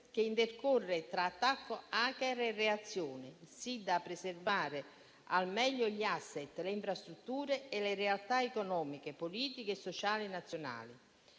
che intercorre tra attacco *hacker* e reazione, sì da preservare al meglio gli *asset*, le infrastrutture e le realtà economiche, politiche e sociali nazionali.